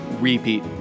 repeat